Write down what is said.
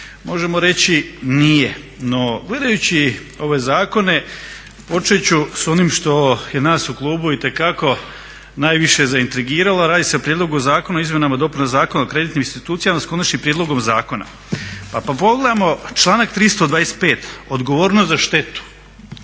Možemo reći nije. No, gledajući ove zakone počet ću s onim što je nas u klubu itekako najviše zaintrigiralo, a radi se o prijedlogu zakona o izmjenama i dopunama Zakona o kreditnim institucijama s konačnim prijedlogom zakona. Pa pogledajmo članak 325. odgovornost za štetu,